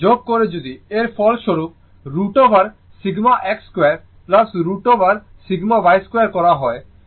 এখন যোগ করে যদি এর ফল স্বরূপ √ ওভার σx 2 √ ওভার y2 করা হয়